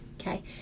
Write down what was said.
Okay